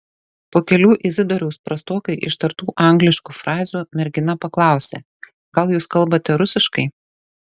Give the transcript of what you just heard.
po kelių izidoriaus prastokai ištartų angliškų frazių mergina paklausė gal jūs kalbate rusiškai